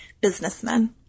businessmen